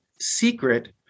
secret